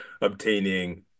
obtaining